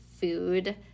food